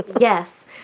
Yes